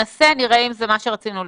בואי ננסה, נראה אם זה מה שרצינו לשאול.